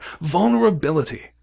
Vulnerability